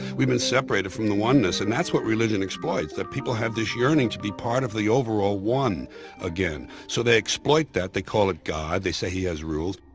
we've been separated from the oneness, and that's what religion exploits. that people have this yearning to be part of the overall one again. so they exploit that. they call it god, they say he has rules,